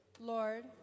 Lord